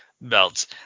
belts